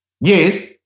Yes